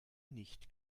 nicht